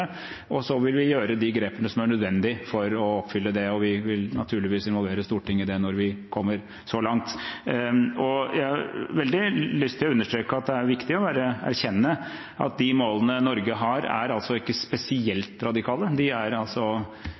vil gjøre de grepene som er nødvendige for å oppfylle det, og vi vil naturligvis involvere Stortinget i det når vi kommer så langt. Jeg har veldig lyst til å understreke at det er viktig å erkjenne at de målene Norge har, ikke er spesielt radikale. De er gjennomsnittlige europeiske mål. USA er nesten på samme sted, 52 pst., og Europa altså